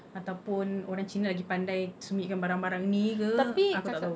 ataupun orang cina lagi pandai sembunyikan barang-barang ni ke aku tak tahu